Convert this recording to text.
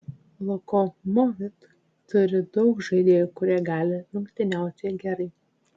lokomotiv turi daug žaidėjų kurie gali rungtyniauti gerai